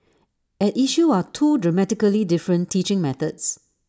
at issue are two dramatically different teaching methods